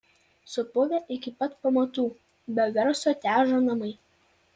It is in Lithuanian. supuvę iki pat pamatų be garso težo namai